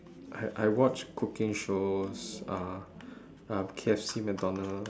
I I watch cooking shows uh uh K_F_C mcdonald